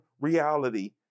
reality